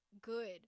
good